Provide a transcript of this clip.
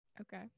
okay